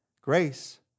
Grace